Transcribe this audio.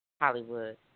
Hollywood